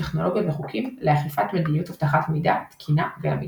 טכנולוגיות וחוקים לאכיפת מדיניות אבטחת מידע תקינה ואמינה.